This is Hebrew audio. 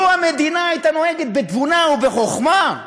לו המדינה הייתה נוהגת בתבונה ובחוכמה,